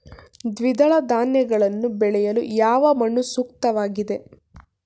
ದ್ವಿದಳ ಧಾನ್ಯಗಳನ್ನು ಬೆಳೆಯಲು ಯಾವ ಮಣ್ಣು ಸೂಕ್ತವಾಗಿದೆ?